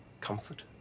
comfort